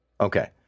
Okay